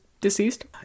deceased